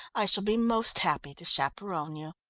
i shall be most happy to chaperon you.